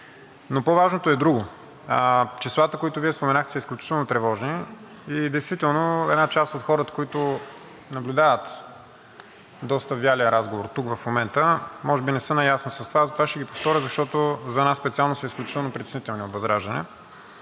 Но по-важното е друго, числата, които Вие споменахте, са изключително тревожни. Действително една част от хората, които наблюдават доста вялия разговор тук в момента, може би не са наясно с това. Затова ще ги повторя, защото за нас от ВЪЗРАЖДАНЕ специално са изключително притеснителни. Вие